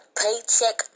paycheck